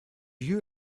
you